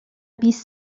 بیست